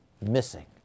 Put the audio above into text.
missing